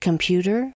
Computer